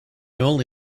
only